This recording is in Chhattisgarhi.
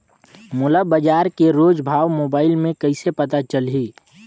मोला बजार के रोज भाव मोबाइल मे कइसे पता चलही?